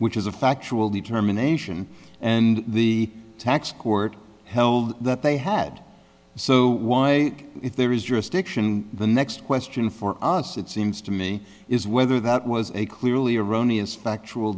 which is a factual determination and the tax court held that they had so why if there is jurisdiction the next question for us it seems to me is whether that was a clearly erroneous